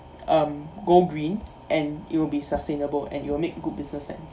um go green and it will be sustainable and it will make good business sense